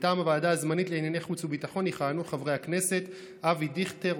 מטעם הוועדה הזמנית לענייני חוץ וביטחון יכהנו חברי הכנסת אבי דיכטר,